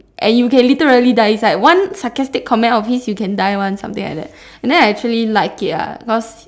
and you can literally die inside one sarcastic comment of his you can die [one] something like that and I actually like it lah cause